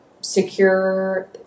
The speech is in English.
secure